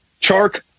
Chark